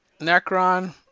Necron